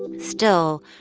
still,